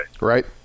Right